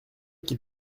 qu’il